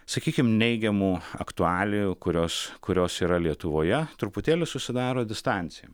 sakykim neigiamų aktualijų kurios kurios yra lietuvoje truputėlį susidaro distancija